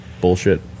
bullshit